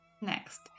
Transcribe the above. Next